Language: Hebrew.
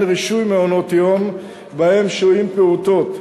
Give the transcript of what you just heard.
רישוי מעונות-יום שבהם שוהים פעוטות.